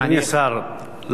אדוני השר,